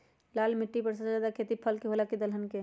लाल मिट्टी पर सबसे ज्यादा खेती फल के होला की दलहन के?